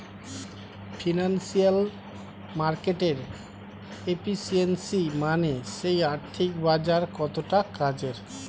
financial মার্কেটের efficiency মানে সেই আর্থিক বাজার কতটা কাজের